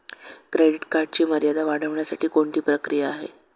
Credit कार्डची मर्यादा वाढवण्यासाठी कोणती प्रक्रिया आहे?